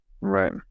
Right